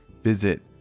visit